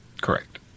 Correct